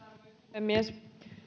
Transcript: puhemies täällä